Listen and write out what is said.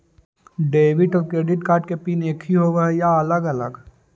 Debit और credit card के PIN एकही होव हइ या अलग अलग?